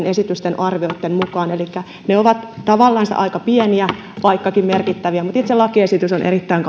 esitysten arvioitten mukaan elikkä ne ovat tavallansa aika pieniä vaikkakin merkittäviä mutta itse lakiesitys on erittäin